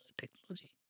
technology